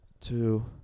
two